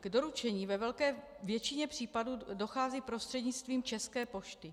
K doručení ve velké většině případů dochází prostřednictvím České pošty.